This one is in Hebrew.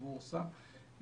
הבורסה.